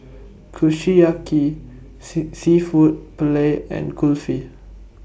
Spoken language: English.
Kushiyaki Seafood Paella and Kulfi